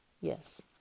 Yes